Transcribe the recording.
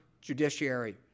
judiciary